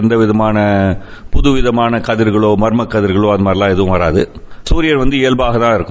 எந்தவிதமான புதுவிதமான கதிர்களோ மர்ம கதிர்களோ அந்த மாதிரி எதுவும் வராது சூரியன் வந்து இயல்பாகத்தான் இருக்கும்